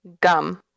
gum